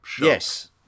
yes